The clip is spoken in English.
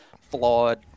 flawed